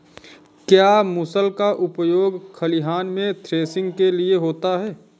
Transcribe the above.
क्या मूसल का उपयोग खलिहान में थ्रेसिंग के लिए होता है?